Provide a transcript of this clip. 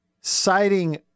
citing